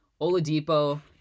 Oladipo